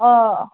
অঁ